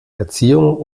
erziehung